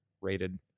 rated